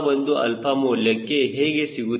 ಆ ಒಂದು 𝛼 ಮೌಲ್ಯವು ಹೇಗೆ ಸಿಗುತ್ತದೆ